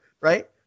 right